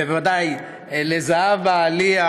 בוודאי לזהבה, ליה